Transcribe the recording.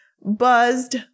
buzzed